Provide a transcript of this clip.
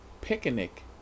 Picnic